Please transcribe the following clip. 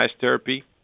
therapy